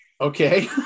okay